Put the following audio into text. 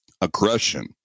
aggression